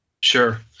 sure